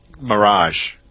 Mirage